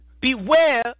Beware